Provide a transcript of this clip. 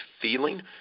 feeling